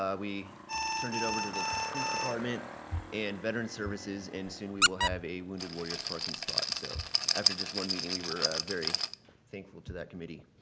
um we turned it over to the police department and veteran's services and soon we will have a wounded warriors parking spot. so after just one meeting, we were very thankful to that committee.